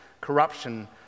corruption